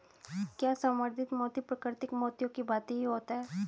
क्या संवर्धित मोती प्राकृतिक मोतियों की भांति ही होता है?